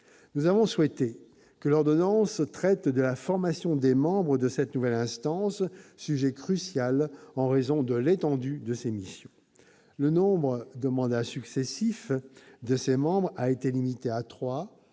Nous avons souhaité que l'ordonnance traite de la formation des membres de cette nouvelle instance, sujet crucial en raison de l'étendue de ses missions. Le nombre de mandats successifs de ses membres a été limité à